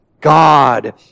God